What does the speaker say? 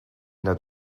that